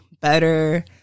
better